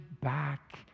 back